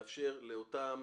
הוא מאפשר לאותם